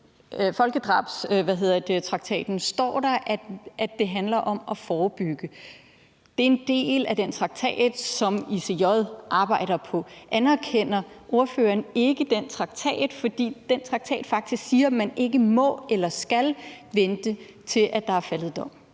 folkedrabskonventionen står der, at det handler om at forebygge. Det er en del af den traktat, som ICJ arbejder på basis af. Anerkender ordføreren ikke den traktat? For den traktat siger faktisk, at man ikke må eller skal vente, til der er faldet dom.